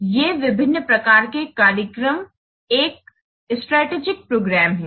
nये विभिन्न प्रकार के कार्यक्रम एक स्ट्रेटेजिक प्रोग्राम्स हैं